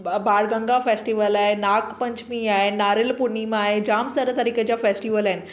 ब बालगंगा फेस्टिवल आहे नागपंचमी आहे नारियल पुर्णिमा आहे जामु सारा तरीक़े जा फेस्टिवल आहिनि